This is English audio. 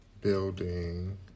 Building